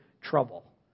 trouble